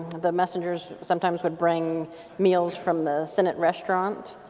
the messengers sometimes would bring meals from the senate restaurant.